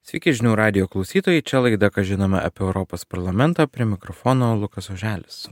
sveiki žinių radijo klausytojai čia laida ką žinome apie europos parlamentą prie mikrofono lukas oželis